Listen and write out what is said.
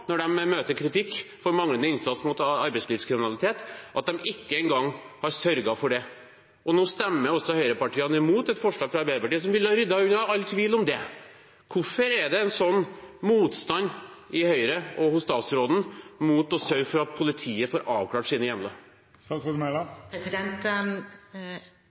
når de møter kritikk for manglende innsats mot arbeidslivskriminalitet, at de ikke engang har sørget for det. Nå stemmer også høyrepartiene imot et forslag fra Arbeiderpartiet som ville ryddet unna all tvil om det. Hvorfor er det en slik motstand i Høyre og hos statsråden mot å sørge for at politiet får avklart sine